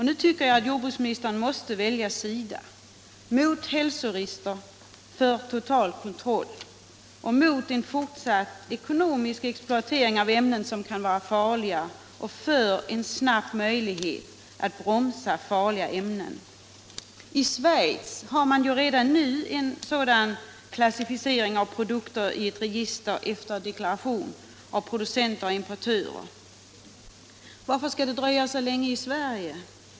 Nu tycker jag att jordbruksministern måste välja sida: mot hälsorisker för total kontroll, mot en fortsatt ekonomisk exploatering av ämnen som kan vara farliga och för en snabb möjlighet att bromsa farliga ämnen. I Schweiz har man redan nu en klassificering av produkter i ett register efter deklaration av producenter och importörer. Varför skall det dröja så länge i Sverige?